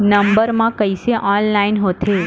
Number मा कइसे online होथे?